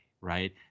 right